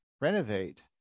renovate